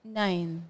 nine